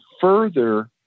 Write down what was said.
further